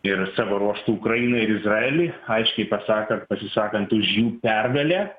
ir savo ruožtu ukrainai ir izraeliui aiškiai pasakant pasisakant už jų pergalę